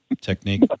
technique